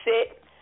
sit